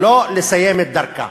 לא לסיים את דרכה.